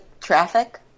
traffic